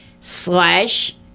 slash